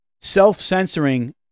Self-censoring